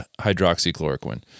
hydroxychloroquine